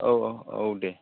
औ औ औ दे